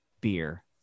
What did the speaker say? beer